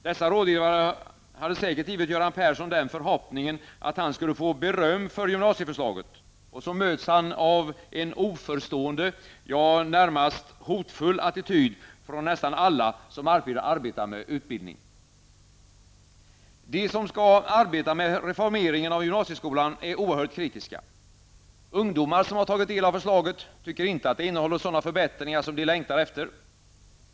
Dessa rådgivare hade säkert ingivit Göran Persson den förhoppningen att han skulle få beröm för gymnasieförslaget -- och så möts han av en oförstående, ja, närmast hotfull attityd från nästan alla, som arbetar med utbildning. De som skall arbeta med reformeringen av gymnasieskolan är oerhört kritiska. Ungdomar, som tagit del av förslaget, tycker inte att det innehåller sådana förbättringar som de längtar efter.